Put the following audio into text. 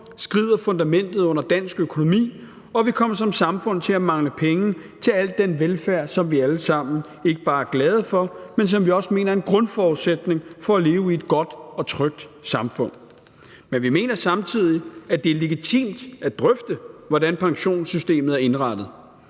skrider fundamentet under dansk økonomi, og vi kommer som samfund til at mangle penge til al den velfærd, som vi alle sammen ikke bare er glade for, men som vi også mener er en grundforudsætning for at leve i et godt og trygt samfund. Men vi mener samtidig, det er legitimt at drøfte, hvordan pensionssystemet er indrettet.